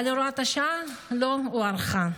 אבל הוראת השעה לא הוארכה,